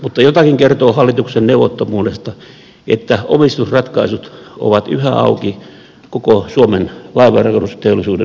mutta jotakin kertoo hallituksen neuvottomuudesta että omistusratkaisut ovat yhä auki koko suomen laivanrakennusteollisuuden mitassa